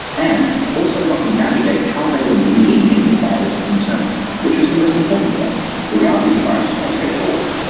and also, we helped them navigate how they were meeting the virus internally, which was the most important thing the reality of the virus is quite straightforward,